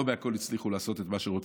לא בהכול הצליחו לעשות את מה שרוצים.